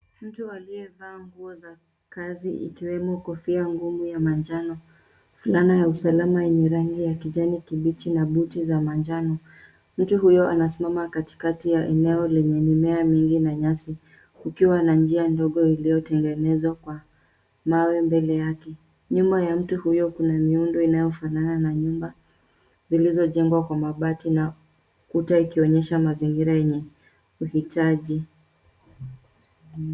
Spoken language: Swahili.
Mtu aliyevaa nguo za kazi ikiwemo kofia ngumu ya manjano, fulana ya usalama wenye rangi ya kijani kibichi na buti za manjano. Mtu huyo anasimama katikati ya eneo lenye mimea mingi na nyasi kukiwa na njia ndogo iliyotengenezwa kwa mawe mbele yake. Nyuma ya mtu huyo kuna miundo inayofanana na nyumba zilizojengwa kwa mabati na kuta ikionyesha mazingira yenye uhitaji.